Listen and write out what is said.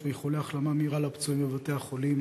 ואיחולי החלמה מהירה לפצועים בבתי-החולים.